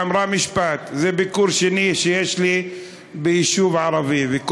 ואמרה משפט: זה ביקור שני שלי ביישוב ערבי,